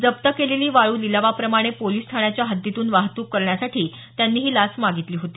जप्त केलेली वाळू लिलावाप्रमाणे पोलिस ठाण्याच्या हद्दीतून वाहतूक करण्यासाठी त्यांनी ही लाच मागितली होती